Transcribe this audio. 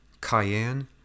Cayenne